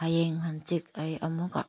ꯍꯌꯦꯡ ꯍꯥꯡꯆꯤꯠ ꯑꯩ ꯑꯃꯨꯛꯀ